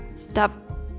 Stop